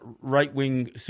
right-wing